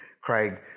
Craig